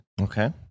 Okay